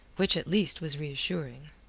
which at least was reassuring.